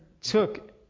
took